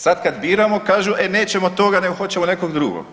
Sad kad biramo kažu e nećemo toga nego hoćemo nekog drugog.